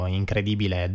incredibile